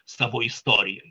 savo istorijoj